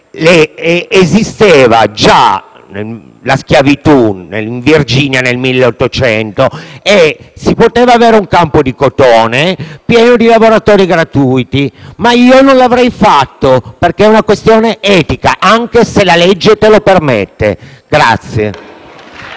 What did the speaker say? esisteva già la schiavitù nella Virginia del 1800 e si poteva avere un campo di cotone pieno di lavoratori che non si pagavano, ma io non l'avrei fatto, perché è una questione etica, anche se la legge lo permette.